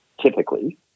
typically